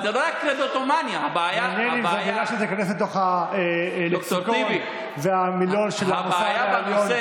מעניין אם זאת מילה שתיכנס לתוך הלקסיקון והמילון של המוסד העליון.